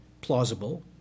plausible